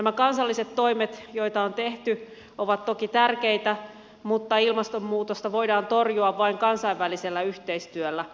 nämä kansalliset toimet joita on tehty ovat toki tärkeitä mutta ilmastonmuutosta voidaan torjua vain kansainvälisellä yhteistyöllä